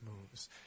moves